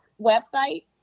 website